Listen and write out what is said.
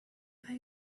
are